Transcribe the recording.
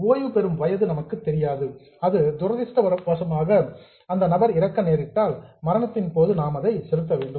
ஓய்வு பெறும் வயது நமக்கு தெரியாது அல்லது அண்பார்ச்சூன்நேட் துரதிஷ்டவசமாக அந்த நபர் இறக்க நேரிட்டால் மரணத்தின் போது நாம் அதை செலுத்த வேண்டும்